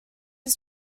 his